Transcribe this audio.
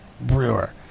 Brewer